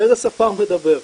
באיזה שפה הוא מדבר.